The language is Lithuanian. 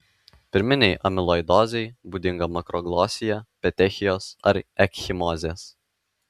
pirminei amiloidozei būdinga makroglosija petechijos ar ekchimozės